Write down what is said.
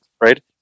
right